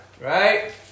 Right